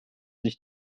sich